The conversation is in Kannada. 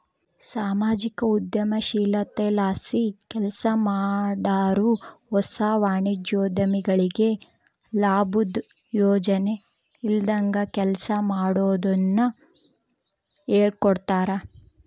ಸಾಮಾಜಿಕ ಉದ್ಯಮಶೀಲತೆಲಾಸಿ ಕೆಲ್ಸಮಾಡಾರು ಹೊಸ ವಾಣಿಜ್ಯೋದ್ಯಮಿಗಳಿಗೆ ಲಾಬುದ್ ಯೋಚನೆ ಇಲ್ದಂಗ ಕೆಲ್ಸ ಮಾಡೋದುನ್ನ ಹೇಳ್ಕೊಡ್ತಾರ